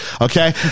okay